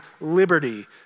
liberty